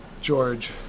George